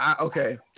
okay